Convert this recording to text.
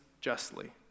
Justly